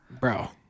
bro